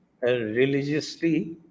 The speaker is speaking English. religiously